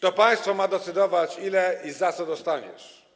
To państwo ma decydować, ile i za co dostaniesz.